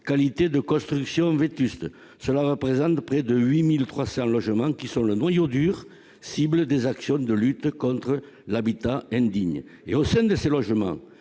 qualité de construction vétuste. Cela représente près de 8 300 logements, qui constituent le noyau dur que doivent cibler les actions de lutte contre l'habitat indigne. Enfin, 40 % de ces logements